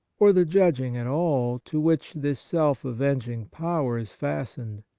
or the judging at all, to which this self avenging power is fastened.